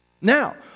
Now